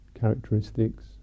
characteristics